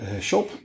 shop